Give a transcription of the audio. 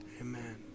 Amen